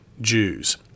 Jews